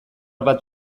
bat